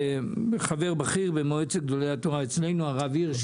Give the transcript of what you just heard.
וחבר בכיר במועצת גדולי התורה אצלנו, הרב הירש.